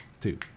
two